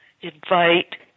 invite